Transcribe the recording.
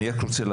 אני רק רוצה,